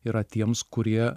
yra tiems kurie